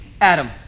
adam